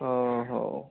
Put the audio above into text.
ହୋଉ